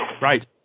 Right